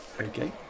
Okay